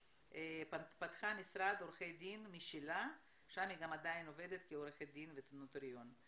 פתחה משרד עורכי דין שם היא עובדת כעורכת דין ונוטריונית.